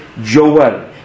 Joel